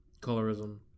colorism